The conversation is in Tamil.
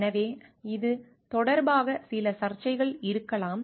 எனவே இது தொடர்பாக சில சர்ச்சைகள் இருக்கலாம்